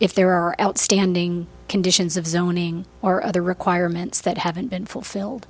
if there are outstanding conditions of zoning or other requirements that haven't been fulfilled